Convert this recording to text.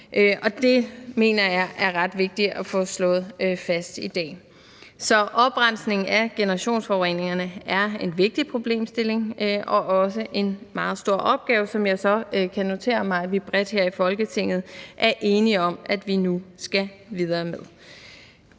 det mener jeg er ret vigtigt at få slået fast i dag. Så oprensningen af generationsforureningerne er en vigtig problemstilling og også en meget stor opgave, som jeg så kan notere mig at vi bredt her i Folketinget er enige om at man nu skal videre med.